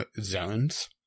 zones